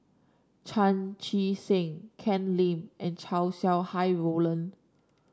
Chan Chee Seng Ken Lim and Chow Sau Hai Roland